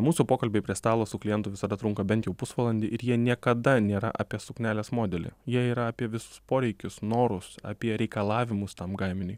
mūsų pokalbiai prie stalo su klientu visada trunka bent jau pusvalandį ir jie niekada nėra apie suknelės modelį jie yra apie visus poreikius norus apie reikalavimus tam gaminiui